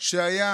שהיה